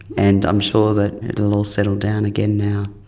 and i'm sure that it will all settle down again now.